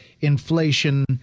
inflation-